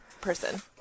person